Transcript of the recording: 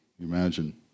Imagine